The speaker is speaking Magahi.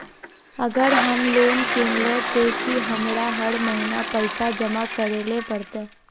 अगर हम लोन किनले ते की हमरा हर महीना पैसा जमा करे ले पड़ते?